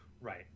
Right